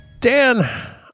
Dan